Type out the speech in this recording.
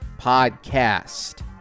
Podcast